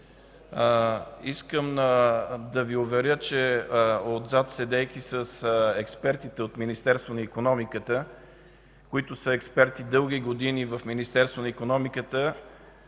Искам да Ви уверя, че седейки отзад с експертите от Министерството на икономиката, които са експерти дълги години в Министерството на икономиката,